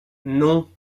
non